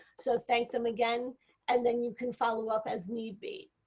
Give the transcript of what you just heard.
so thank them again and then you can follow-up as need be.